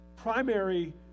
primary